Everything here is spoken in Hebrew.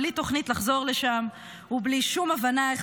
בלי תוכנית לחזור לשם ובלי שום הבנה איך